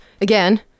Again